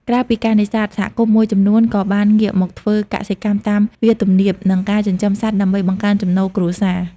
ក្រៅពីការនេសាទ សហគមន៍មួយចំនួនក៏បានងាកមកធ្វើកសិកម្មតាមវាលទំនាប និងការចិញ្ចឹមសត្វដើម្បីបង្កើនចំណូលគ្រួសារ។